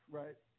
right